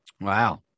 wow